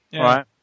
right